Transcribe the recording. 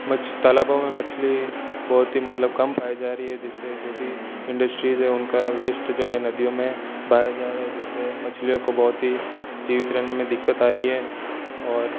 तालाबों में मछली बहुत ही मतलब कम पाई जा रही है जिससे जो भी इंडस्ट्रीज़ है उनका वेस्ट जो है नदियों में बहाया जा रहा है जिससे मछलियों को बहुत ही जीवित रहने में दिक्कत आ रही है और